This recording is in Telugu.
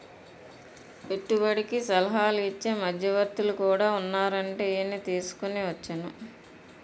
పెట్టుబడికి సలహాలు ఇచ్చే మధ్యవర్తులు కూడా ఉన్నారంటే ఈయన్ని తీసుకుని వచ్చేను